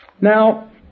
Now